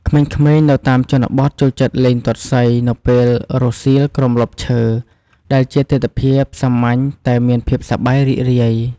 ក្មេងៗនៅតាមជនបទចូលចិត្តលេងទាត់សីនៅពេលរសៀលក្រោមម្លប់ឈើ ដែលជាទិដ្ឋភាពសាមញ្ញតែមានភាពសប្បាយរីករាយ។